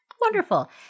Wonderful